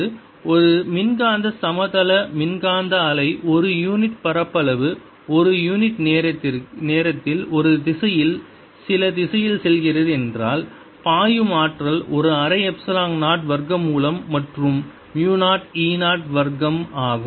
r ωt Time average Poynting vector12E02000 அதாவது ஒரு மின்காந்த சமதள மின்காந்த அலை ஒரு யூனிட் பரப்பளவு ஒரு யூனிட் நேரத்தில் ஒரே திசையில் சில திசையில் செல்கிறது என்றால் பாயும் ஆற்றல் ஒரு அரை எப்சிலான் 0 வர்க்கமூலம் மற்றும் மு 0 e 0 வர்க்கம் ஆகும்